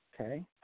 Okay